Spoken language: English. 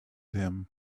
him